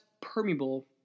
permeable